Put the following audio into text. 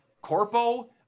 Corpo